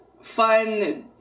fun